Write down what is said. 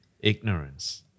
ignorance